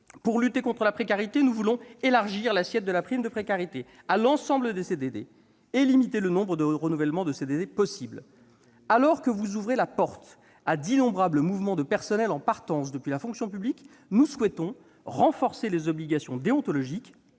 Pour lutter contre la précarité, nous voulons élargir l'assiette de la prime de précarité à l'ensemble des CDD et limiter le nombre de renouvellements de CDD possible. Alors que vous ouvrez la porte à d'innombrables mouvements de personnel en partance de la fonction publique, nous souhaitons renforcer les obligations déontologiques